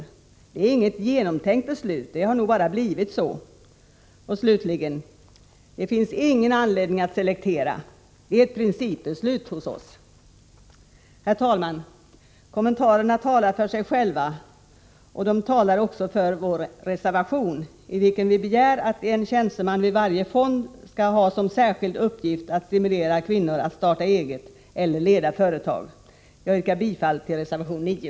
Det är inget genomtänkt beslut, det har nog bara blivit så.” ”Det finns ingen anledning att selektera. Det är ett principbeslut hos oss.” Herr talman! Kommentarerna talar för sig själva, och de talar också för vår reservation, i vilken vi begär att en tjänsteman vid varje fond skall ha som särskild uppgift att stimulera kvinnor att starta eget eller leda företag. Jag yrkar bifall till reservation 9.